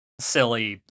silly